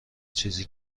چیزی